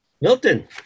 Milton